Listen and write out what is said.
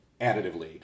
additively